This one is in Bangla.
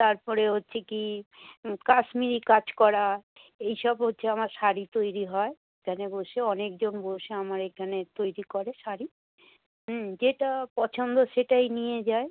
তারপরে হচ্ছে কী কাশ্মীরি কাজ করা এই সব হচ্ছে আমার শাড়ি তৈরি হয় এখানে বসে অনেকজন বসে আমাদের এইখানে তৈরি করে শাড়ি হুম যেটা পছন্দ সেটাই নিয়ে যায়